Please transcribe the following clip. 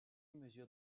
mesure